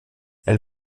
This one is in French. elle